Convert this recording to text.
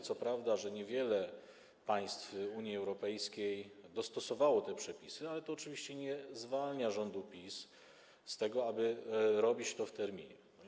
Co prawda wiemy, że niewiele państw Unii Europejskiej dostosowało te przepisy, ale to oczywiście nie zwalnia rządu PiS z tego, aby robić to w terminie.